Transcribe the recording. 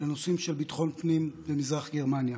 לנושאים של ביטחון פנים במזרח גרמניה.